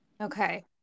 okay